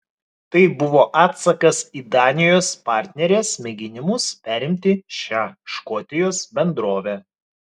tai buvo atsakas į danijos partnerės mėginimus perimti šią škotijos bendrovę